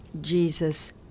Jesus